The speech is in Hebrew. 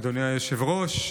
אדוני היושב-ראש,